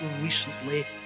recently